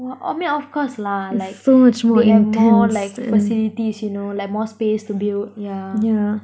wah~ of~ I mean of course lah like they have more like facilities you know like more space to build yeah